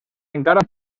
encara